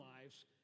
lives